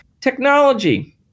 technology